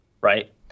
Right